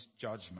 judgment